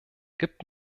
gibt